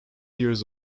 years